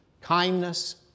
kindness